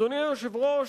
אדוני היושב-ראש,